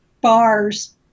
bars